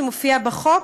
שמופיעה בחוק.